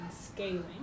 scaling